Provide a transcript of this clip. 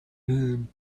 him